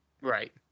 Right